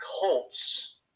Colts